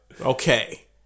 okay